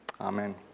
Amen